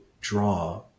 draw